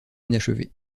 inachevée